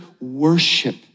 worship